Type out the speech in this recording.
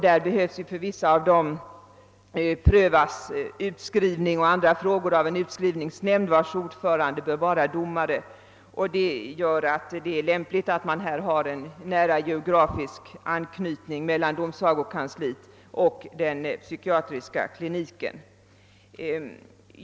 För vissa av dess patienter prövas utskrivning och andra frågor av en utskrivningsnämnd, vilkens ordförande bör vara domare. Det är därför lämpligt att ha en nära geografisk anknytning mellan domsagokansliet och den psykiatriska kliniken.